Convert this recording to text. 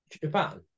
Japan